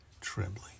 trembling